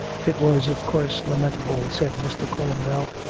it was, of course, lamen table, said mr. columbell,